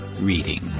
reading